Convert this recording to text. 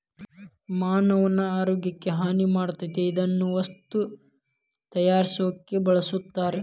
ಮಾನವನ ಆರೋಗ್ಯಕ್ಕ ಹಾನಿ ಮಾಡತತಿ ಇದನ್ನ ವಸ್ತು ತಯಾರಸಾಕು ಬಳಸ್ತಾರ